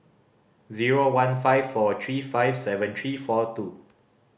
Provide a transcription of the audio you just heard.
zero one five four three five seven three four two